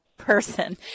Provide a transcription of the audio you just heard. Person